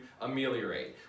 ameliorate